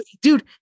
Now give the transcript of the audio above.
dude